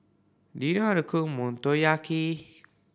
do you how to cook Motoyaki